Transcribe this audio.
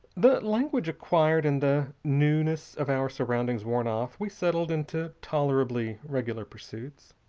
the language acquired and the newness of our surroundings worn off, we settled into tolerably regular pursuits.